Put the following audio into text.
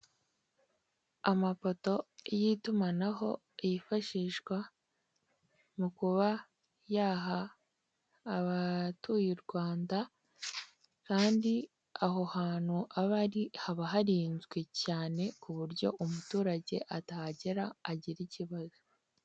Amapoto y'itumanaho yifashishwa mu kuba yaha abatuye u Rwanda, kandi aho hantu aba ari haba harinzwe cyane kuburyo umuturage atahagera agire ikibazo.